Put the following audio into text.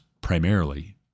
primarily